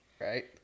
right